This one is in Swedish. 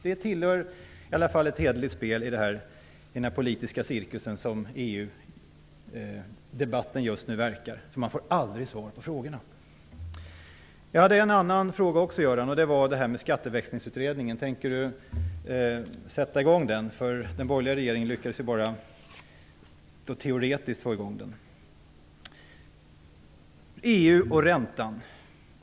Det tillhör i alla fall ett hederligt spel i den politiska cirkus som EU debatten just nu verkar vara. Man får aldrig svar på dessa frågor? Jag hade en annan fråga också till Göran Persson. Tänker Göran Persson sätta i gång den? Den borgerliga regeringen lyckades ju bara få i gång den teoretiskt. Låt mig sedan gå över till EU och räntan.